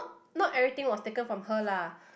not everything was taken from her lah